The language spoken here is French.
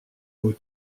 aux